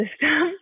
system